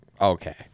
okay